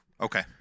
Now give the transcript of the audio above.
Okay